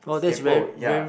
kaypo ya